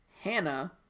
Hannah